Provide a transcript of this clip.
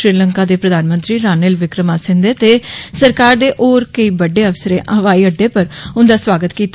श्रीलंका दे प्रधानमंत्री रानिल विक्रमासिंघे ते सरकार दे होर केंई बड़डे अफसरें हवाई अड़डे पर उन्दा स्वागत कीता